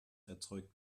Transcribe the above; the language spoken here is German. erzeugt